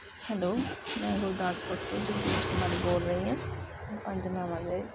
hello ਮੈਂ ਗੁਰਦਾਸਪੁਰ ਤੋ ਰਾਜ ਕੁਮਾਰੀ ਬੋਲ ਰਹੀ ਹਾਂ ਪੰਜ ਨਾਂਵਾ ਦੇ